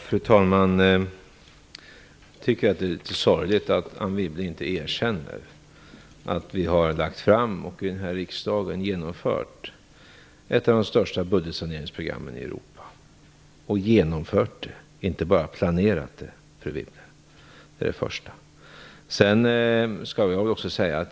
Fru talman! Jag tycker att det är litet sorgligt att Anne Wibble inte erkänner att vi har lagt fram och i denna riksdag genomfört ett av de största budgetsaneringsprogrammen i Europa. Vi har genomfört det - inte bara planerat.